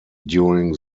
during